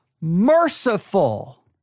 merciful